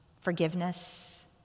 forgiveness